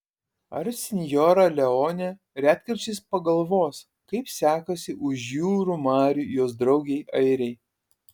ar sinjora leonė retkarčiais pagalvos kaip sekasi už jūrų marių jos draugei airei